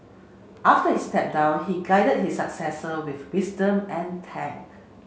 after he stepped down he guided his successors with wisdom and tact